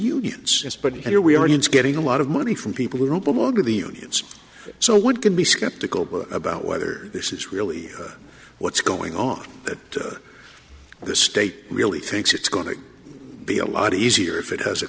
unions but here we are getting a lot of money from people who don't belong to the unions so would can be skeptical about whether this is really what's going on that the state really thinks it's going to be a lot easier if it has a